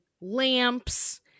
lamps